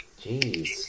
Jeez